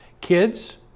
kids